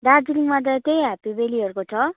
दार्जिलिङमा त त्यही ह्याप्पी भ्याल्लीहरूको छ